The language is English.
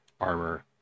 armor